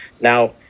Now